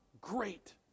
great